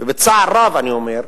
ובצער רב אני אומר זאת,